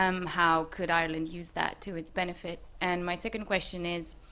um how could ireland use that to its benefit? and my second question is,